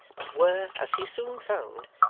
but were, as he soon found,